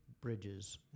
bridges